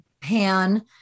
pan